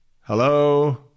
Hello